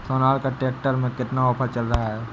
Sonalika tractor में कितना offer चल रहा है?